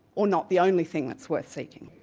or not the only thing that's worth seeking.